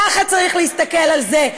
ככה צריך להסתכל על זה.